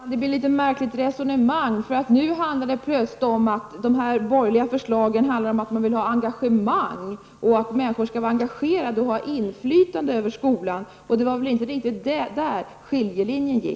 Herr talman! Detta är ett litet märkligt resonemang. Nu är det plötsligt fråga om att de borgerliga förslagen handlar om att man vill ha engagemang och att människor skall vara engagerade och ha inflytande över skolan. Det är väl inte riktigt där som skiljelinjen går.